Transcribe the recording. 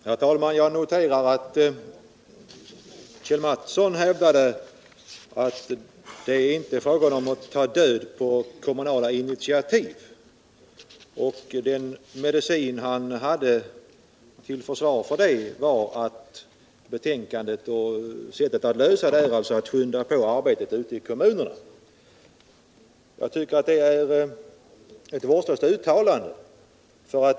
Herr talman! Kjell Mattsson hävdar att det inte är fråga om att ta död på kommunala initiativ, och den medicin han anvisar för att lösa problemet är att man skall skynda på arbetet ute i kommunerna. Jag tycker att det är ett vårdslöst uttalande.